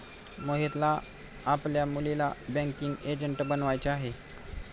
मोहितला आपल्या मुलीला बँकिंग एजंट बनवायचे आहे